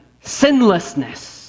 sinlessness